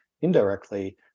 indirectly